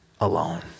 alone